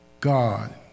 God